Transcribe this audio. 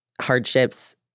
Hardships